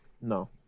No